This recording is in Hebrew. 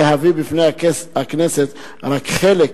להביא בפני הכנסת רק חלק